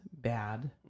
bad